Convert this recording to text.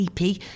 EP